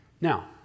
Now